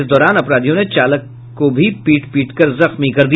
इस दौरान अपराधियों ने चालक को भी पीट पीटकर जख्मी कर दिया